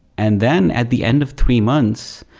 and then at the end of three months,